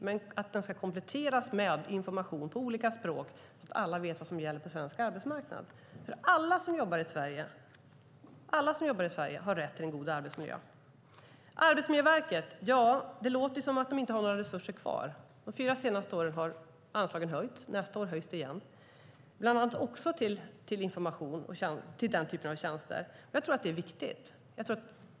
Men den ska kompletteras med information på olika språk så att alla vet vad som gäller på svensk arbetsmarknad. Alla som jobbar i Sverige har nämligen rätt till en god arbetsmiljö. Det låter som om Arbetsmiljöverket inte har några resurser kvar. De fyra senaste åren har anslagen höjts, och nästa år höjs de igen bland annat till information och den typen av tjänster. Jag tror att det är viktigt.